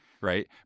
right